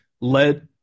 let